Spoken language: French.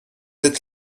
êtes